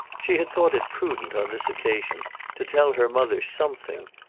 she had thought it prudent on this occasion to tell her mother something,